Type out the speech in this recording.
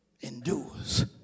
endures